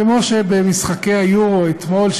כמו שבמשחקי ה"יורו" אתמול,